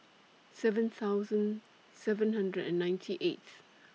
seven thousand seven hundred and ninety eighth